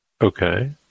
Okay